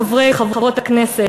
חברי וחברות הכנסת,